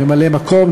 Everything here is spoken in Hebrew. ממלאי-מקום,